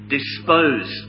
Dispose